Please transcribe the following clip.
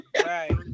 right